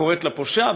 שקוראת לפושע,